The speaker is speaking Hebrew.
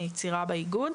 אני צעירה באיגוד,